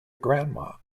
grandma